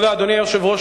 אדוני היושב-ראש,